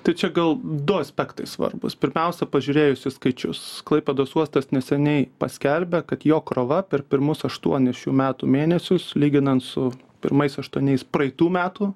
tai čia gal du aspektai svarbūs pirmiausia pažiūrėjus į skaičius klaipėdos uostas neseniai paskelbė kad jo krova per pirmus aštuonis šių metų mėnesius lyginant su pirmais aštuoniais praeitų metų